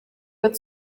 wird